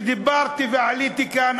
כשעליתי ודיברתי כאן,